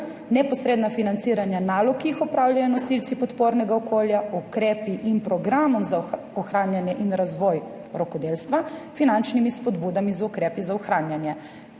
neposredna financiranja nalog, ki jih opravljajo nosilci podpornega okolja, ukrepi in programom za ohranjanje in razvoj rokodelstva, finančnimi spodbudami, z ukrepi za ohranjanje.